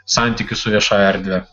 santykių su viešąja erdve